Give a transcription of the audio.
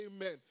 amen